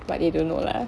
but they don't know lah